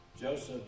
Joseph